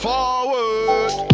Forward